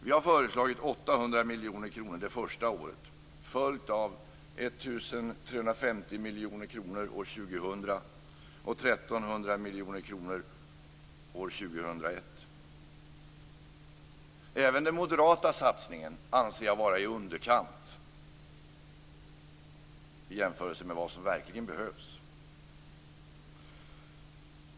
Vi föreslår 800 miljoner kronor det första året följt av 1 350 miljoner år Även den moderata satsningen anser jag vara i underkant i jämförelse med vad som verkligen behövs.